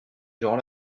durant